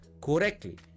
correctly